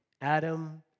Adam